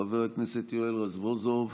חבר הכנסת יואל רזבוזוב,